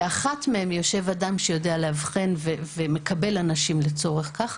באחת מהן יושב אדם שיודע לאבחן ומקבל אנשים לצורך כך.